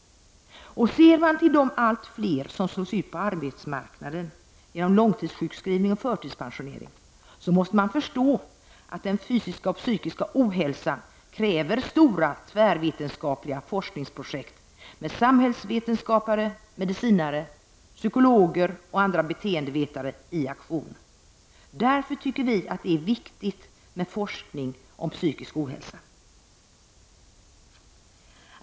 Ser man till de allt fler som slås ut på arbetsmarknaden och blir långtidssjukskrivna och förtidspensionerade, måste man förstå att den fysiska och psykiska ohälsan kräver stora tvärvetenskapliga forskningsprojekt med samhällsvetenskapare, medicinare, psykologer och andra beteendevetare i aktion. Därför tycker vi att det är viktigt med forskning om psykisk ohälsa.